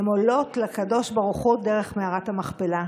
הן עולות לקדוש ברוך הוא דרך מערת המכפלה.